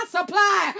supply